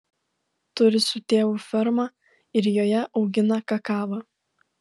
turi su tėvu fermą ir joje augina kakavą